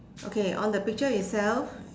okay on the picture itself